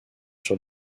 sur